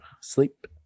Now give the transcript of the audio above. sleep